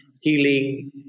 healing